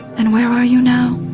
and where are you now,